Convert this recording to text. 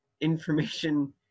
information